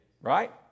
Right